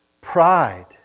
Pride